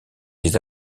des